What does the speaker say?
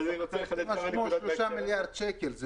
בסך הכול שלושה מיליארד שקלים.